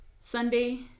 Sunday